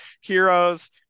Heroes